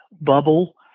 bubble